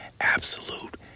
absolute